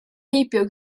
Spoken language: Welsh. heibio